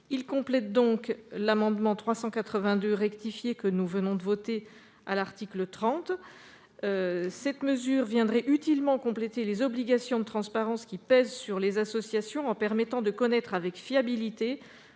dispositions de l'amendement n° 382 rectifié que nous avons adopté à l'article 30. Cette mesure viendrait utilement compléter les obligations de transparence qui pèsent sur ces associations en permettant de connaître, avec fiabilité,